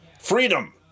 freedom